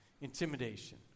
intimidation